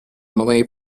malay